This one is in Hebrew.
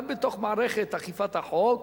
גם בתוך מערכת אכיפת החוק,